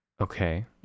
Okay